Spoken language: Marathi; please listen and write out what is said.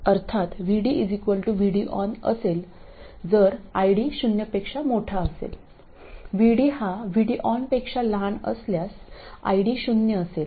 अर्थात VD VD ON असेल जर ID शून्यापेक्षा मोठा असेल VD हा VD ON पेक्षा लहान असल्यास ID शून्य असेल